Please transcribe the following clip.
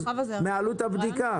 אחוזים מעלות הבדיקה.